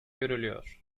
görülüyor